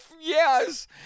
Yes